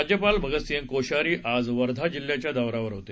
राज्यपाल भगतसिंग कोशारी आज वर्धा जिल्ह्याच्या दौऱ्यावर होते